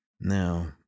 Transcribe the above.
Now